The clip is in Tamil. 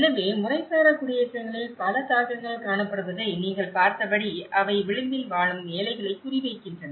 எனவே முறைசாரா குடியேற்றங்களில் பல தாக்கங்கள் காணப்படுவதை நீங்கள் பார்த்தபடி அவை விளிம்பில் வாழும் ஏழைகளை குறிவைக்கின்றன